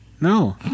no